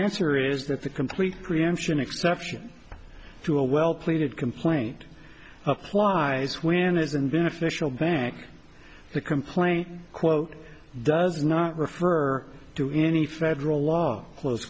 answer is that the complete preemption exception to a well pleaded complaint applies when it isn't beneficial bank the complaint quote does not refer to any federal law close